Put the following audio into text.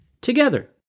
together